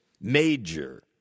major